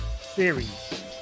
series